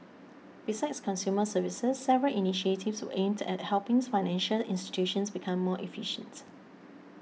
besides consumer services several initiatives were aimed at helping financial institutions become more efficient